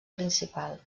principal